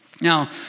Now